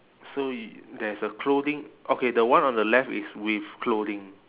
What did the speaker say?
so i~ there's a clothing okay the one on the left is with clothing